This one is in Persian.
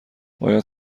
باید